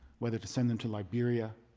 whether to send them to liberia.